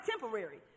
temporary